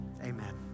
amen